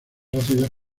ácidas